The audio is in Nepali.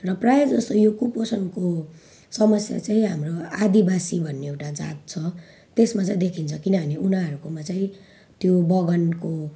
र प्रायःजसो यो कुपोषणको समस्या चाहिँ हाम्रो आदिवासी भन्ने एउटा जात छ त्यसमा चाहिँ देखिन्छ किनभने उनीहरूकोमा चाहिँ त्यो बगानको